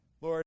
Lord